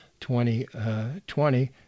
2020